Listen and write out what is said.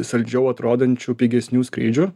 saldžiau atrodančių pigesnių skrydžių